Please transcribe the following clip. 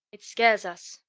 it scares us.